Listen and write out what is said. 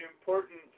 important